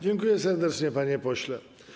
Dziękuję serdecznie, panie pośle.